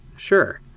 sure.